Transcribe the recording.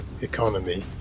economy